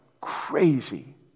crazy